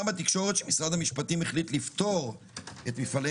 שמשרד המשפטים החליט לפטור את מפעלי